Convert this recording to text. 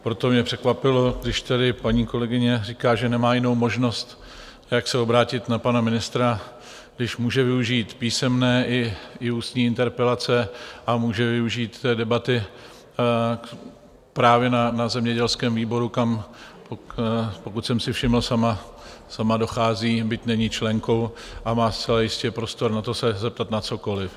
Proto mě překvapilo, když tady paní kolegyně říká, že nemá jinou možnost, jak se obrátit na pana ministra, když může využít písemné i ústní interpelace a může využít té debaty právě na zemědělském výboru, kam, pokud jsem si všiml, sama dochází, byť není členkou, a má zcela jistě prostor se zeptat na cokoliv.